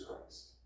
Christ